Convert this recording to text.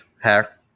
hair